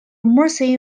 mersey